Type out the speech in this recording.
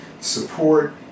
support